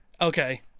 Okay